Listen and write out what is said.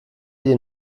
dir